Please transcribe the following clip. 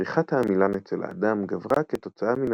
צריכת העמילן אצל האדם גברה כתוצאה מן